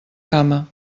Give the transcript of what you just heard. cama